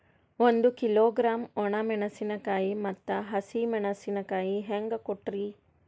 ಒಂದ ಕಿಲೋಗ್ರಾಂ, ಒಣ ಮೇಣಶೀಕಾಯಿ ಮತ್ತ ಹಸಿ ಮೇಣಶೀಕಾಯಿ ಹೆಂಗ ಕೊಟ್ರಿ?